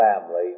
family